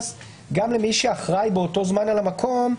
גם למי שאחראי באותו זמן על המקום,